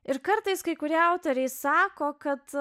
ir kartais kai kurie autoriai sako kad